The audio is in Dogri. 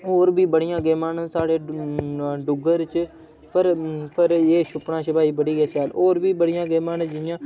होर बी बड़ियां गेमां न साढ़े डुग्गर च पर पर एह् छुप्पना छपाई बड़ी गै शैल होर बी बड़ी गेमां न जि'यां